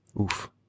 oof